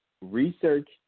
research